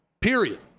Period